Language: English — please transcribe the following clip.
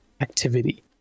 activity